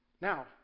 Now